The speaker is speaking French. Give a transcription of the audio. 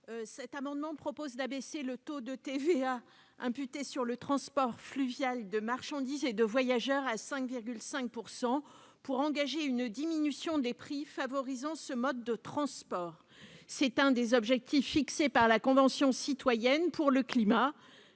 Filleul. Nous proposons d'abaisser le taux de TVA imputé sur le transport fluvial de marchandises et de voyageurs à 5,5 % pour engager une diminution des prix favorisant ce mode de transport. Un des objectifs fixés par la Convention citoyenne pour le climat